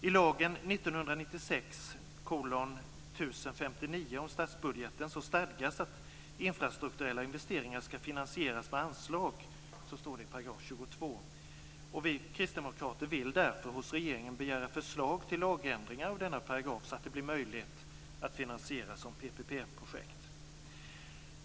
I lagen 1996:1059 om statsbudgeten stadgas att infrastrukturella investeringar ska finansieras med anslag; så står det i 22 §. Vi kristdemokrater vill därför hos regeringen begära förslag till lagändring av denna paragraf, så att det blir möjligt att finansiera som PPP-projekt.